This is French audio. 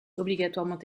obligatoirement